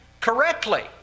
correctly